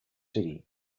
city